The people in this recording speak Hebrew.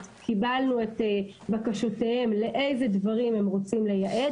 קיבלנו את בקשותיהם לאילו דברים הם רוצים לייעד,